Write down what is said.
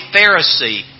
Pharisee